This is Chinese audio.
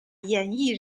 演艺